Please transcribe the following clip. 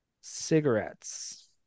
cigarettes